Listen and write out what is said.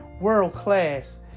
world-class